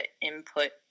input